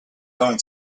going